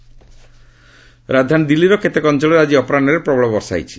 Delhi rain ରାଜଧାନୀ ଦିଲ୍ଲୀର କେତେକ ଅଞ୍ଚଳରେ ଆଜି ଅପରାହ୍ନରେ ପ୍ରବଳ ବର୍ଷା ହୋଇଛି